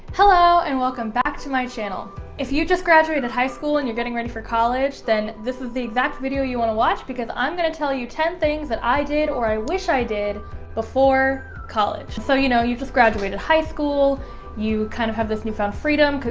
hello and welcome back to my channel if you just graduated high school and you're getting ready for college then this is the exact video you want to watch because i'm gonna tell you ten things that i did or i wish i did before college so, you know, you've just graduated high school you kind of have this newfound freedom,